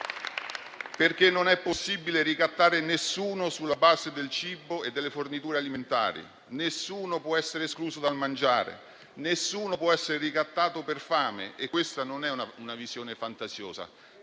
perché non è possibile ricattare nessuno sulla base del cibo e delle forniture alimentari. Nessuno può essere escluso dal mangiare, nessuno può essere ricattato per fame. Questa non è una visione fantasiosa: